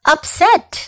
Upset